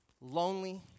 lonely